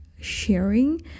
sharing